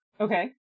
okay